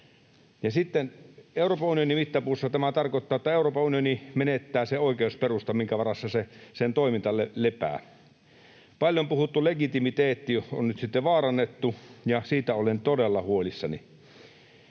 aikanaan? Euroopan unionin mittapuussa tämä tarkoittaa, että Euroopan unioni menettää sen oikeusperustan, minkä varassa sen toiminta lepää. Paljon puhuttu legitimiteetti on nyt sitten vaarannettu, ja siitä olen todella huolissani.